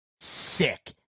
sick